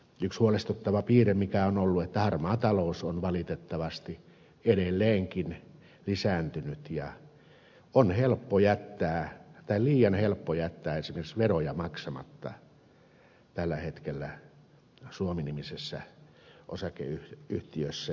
yksi huolestuttava piirre on ollut että harmaa talous on valitettavasti edelleenkin lisääntynyt ja on liian helppo jättää esimerkiksi veroja maksamatta tällä hetkellä suomi nimisessä osakeyhtiössä